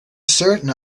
certain